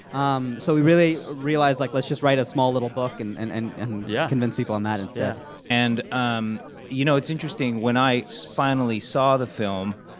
um so we really realized, like, let's just write a small little book and. and and and yeah. convince people on that instead and so yeah and um you know, it's interesting. when i finally saw the film,